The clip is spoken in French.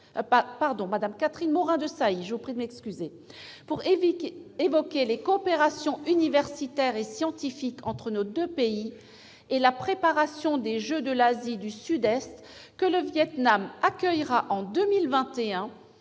Mme Catherine Morin-Desailly, pour évoquer les coopérations universitaires et scientifiques entre nos deux pays et la préparation des Jeux de l'Asie du Sud-Est que le Vietnam accueillera en 2021,